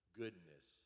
goodness